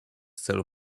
celu